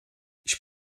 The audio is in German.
ich